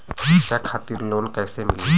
शिक्षा खातिर लोन कैसे मिली?